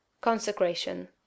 Consecration